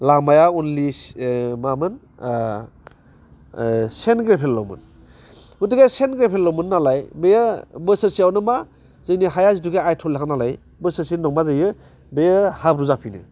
लामाया उलनिस मामोन सेन्ट ग्रेभेलल'मोन गथिखे सेन्ट ग्रेभेलल'मोन नालाय बे बोसोरसेयावनो मा जोंनि हाया जिथु आयथल हा नालाय बोसोरसेनि उनाव मा जायो बे हाब्रु जाफिनो